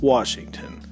Washington